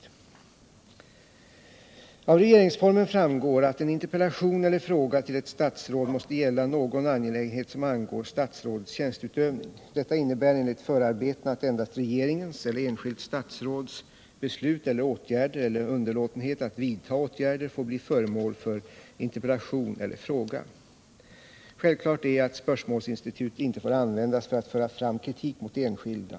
Nr 38 Av regeringsformen framgår att en interpellation eller fråga till ett statsråd måste gälla någon angelägenhet som angår statsrådets tjänsteutövning. Detta innebär enligt förarbetena att endast regeringens eller enskilt statsråds beslut eller åtgärder eller underlåtenhet att vidta åtgärd Om regeringsåtgärfår bli föremål för interpellation eller fråga. Självklart är att spörsmålsder med anledning institutet inte får användas för att föra fram kritik mot enskilda.